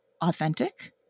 authentic